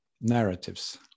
narratives